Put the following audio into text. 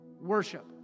Worship